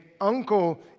uncle